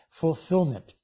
fulfillment